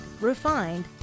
refined